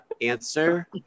answer